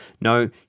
No